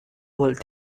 would